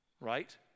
Right